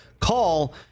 Call